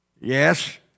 Yes